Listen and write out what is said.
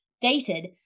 dated